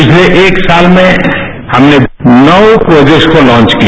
पिछले एक साल में हमने नौ प्रोजेक्ट्स को लॉन्च किया